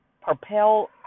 propel